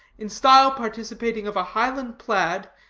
in style participating of a highland plaid,